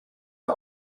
der